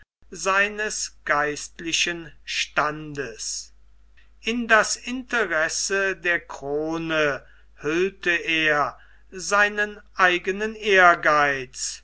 seines geistlichen standes in das interesse der krone hüllte er seinen eigenen ehrgeiz